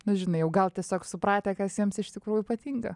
nu žinai jau gal tiesiog supratę kas jiems iš tikrųjų ypatinga